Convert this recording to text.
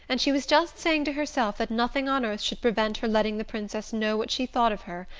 and she was just saying to herself that nothing on earth should prevent her letting the princess know what she thought of her,